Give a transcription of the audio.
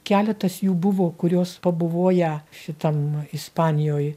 keletas jų buvo kurios pabuvoję šitam ispanijoj